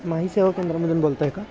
माही सेवा केंद्रामधून बोलताय का